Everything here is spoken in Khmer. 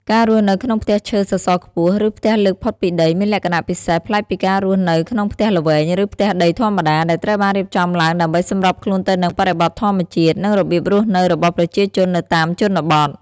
ការរស់នៅក្នុងផ្ទះឈើសសរខ្ពស់ ឬផ្ទះលើកផុតពីដី មានលក្ខណៈពិសេសប្លែកពីការរស់នៅក្នុងផ្ទះល្វែង ឬផ្ទះដីធម្មតា ដែលត្រូវបានរៀបចំឡើងដើម្បីសម្របខ្លួនទៅនឹងបរិបទធម្មជាតិ និងរបៀបរស់នៅរបស់ប្រជាជននៅតាមជនបទ ។